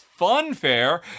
Funfair